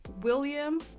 William